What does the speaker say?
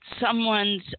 someone's